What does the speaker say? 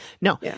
No